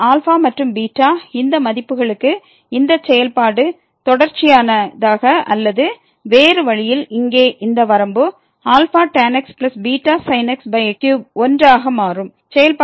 எனவே α மற்றும் β இந்த மதிப்புகளுக்கு இந்த செயல்பாடு தொடர்ச்சியானதாக அல்லது வேறு வழியில் இங்கே இந்த வரம்பு α tan xβsin xx3 1 ஆக மாறும்